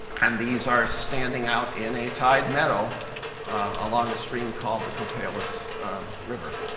and these are standing out in a tide meadow along a stream called the copalis river.